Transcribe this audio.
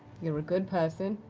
you're a good person.